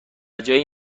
جایی